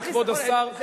כבוד השר,